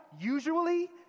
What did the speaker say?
usually